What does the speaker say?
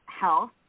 health